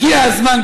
הגיע הזמן,